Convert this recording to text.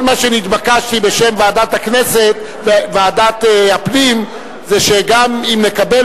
כל מה שנתבקשתי בשם ועדת הפנים זה שגם אם נקבל